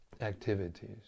activities